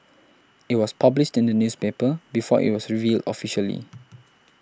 it was published in the newspaper before it was revealed officially